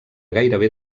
gairebé